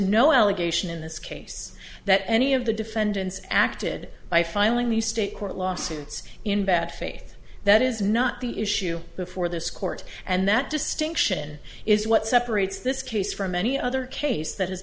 no allegation in this case that any of the defendants acted by filing these state court lawsuits in bad faith that is not the issue before this court and that distinction is what separates this case from any other case that ha